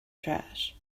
trash